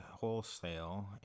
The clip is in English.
wholesale